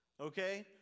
Okay